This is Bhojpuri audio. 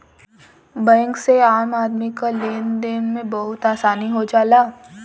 बैंक से आम आदमी क लेन देन में बहुत आसानी हो जाला